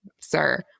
sir